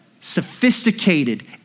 sophisticated